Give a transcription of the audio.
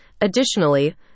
Additionally